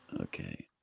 Okay